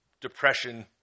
Depression